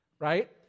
right